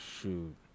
Shoot